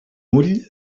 ull